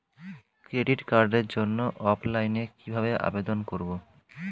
Credit কার্ডের জন্য অফলাইনে কিভাবে আবেদন করব?